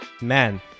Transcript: Man